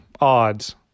odds